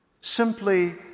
simply